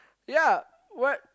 ya what